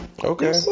Okay